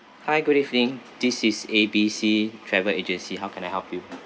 hi good evening this is A_B_C travel agency how can I help you